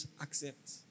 accept